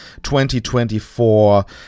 2024